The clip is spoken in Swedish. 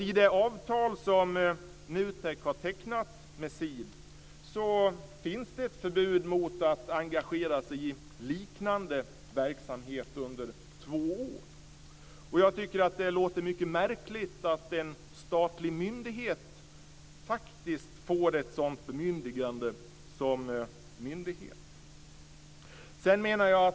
I det avtal som NUTEK har tecknat med CEED finns ett förbud mot att engagera sig i liknande verksamhet under två år. Det låter mycket märkligt att en statlig myndighet kan få ett sådant bemyndigande.